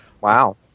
Wow